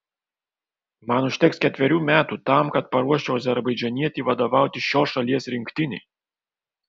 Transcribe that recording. man užteks ketverių metų tam kad paruoščiau azerbaidžanietį vadovauti šios šalies rinktinei